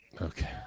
Okay